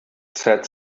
said